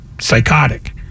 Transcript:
psychotic